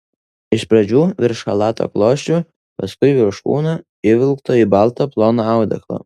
iš pradžių virš chalato klosčių paskui virš kūno įvilkto į baltą ploną audeklą